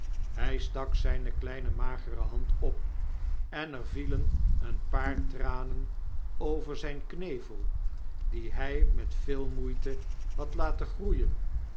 hy stak zyne kleine magere hand op en er vielen een paar tranen over zyn knevel dien hy met veel moeite had laten groeien